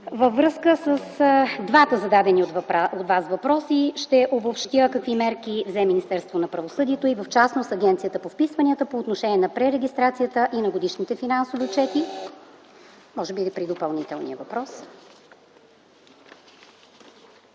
Във връзка с двата зададени от Вас въпроси ще обобщя: какви мерки взе Министерството на правосъдието и в частност Агенцията по вписванията по отношение на пререгистрацията и на годишните финансови отчети? (Председателят дава